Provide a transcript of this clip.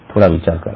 थोडा विचार करा